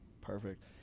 Perfect